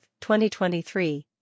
2023